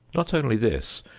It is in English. not only this,